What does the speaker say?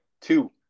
two